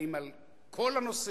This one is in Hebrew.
האם על כל הנושא,